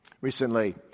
Recently